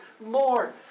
Lord